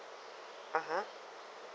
(uh huh)